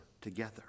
together